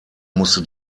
musste